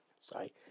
sorry